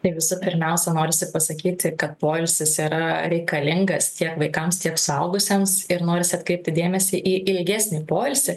tai visų pirmiausia norisi pasakyti kad poilsis yra reikalingas tiek vaikams tiek suaugusiems ir norisi atkreipti dėmesį į ilgesnį poilsį